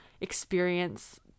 experience